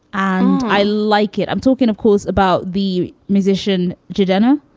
and i like it. i'm talking, of course, about the musician. giardina